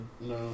No